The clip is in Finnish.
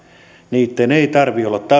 niitten ei tarvitse olla